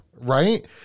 right